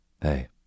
Hey